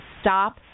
stop